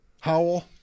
Howell